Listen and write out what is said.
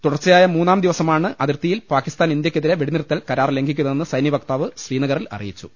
തുടർച്ചയായ മൂന്നാം ദിവസമാണ് അതിർത്തിയിൽ പാക്കിസ്ഥാൻ ഇന്ത്യക്കെതിരെ വെടിനിർത്തൽ കരാർ ലംഘിക്കുന്നതെന്ന് സൈനിക വക്താവ് ശ്രീനഗറിൽ അറി യിച്ചു